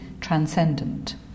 transcendent